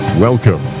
Welcome